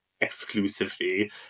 exclusively